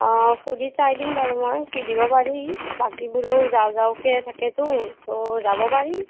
অঁ সুধি চাই দিম বাৰু মই সুধিব পাৰি বাকীবোৰেও যাওঁ যাওঁকৈ থাকেতো তো যাব পাৰি